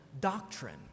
doctrine